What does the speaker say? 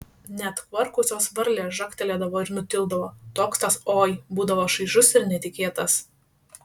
net kvarkusios varlės žagtelėdavo ir nutildavo toks tas oi būdavo šaižus ir netikėtas